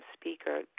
speaker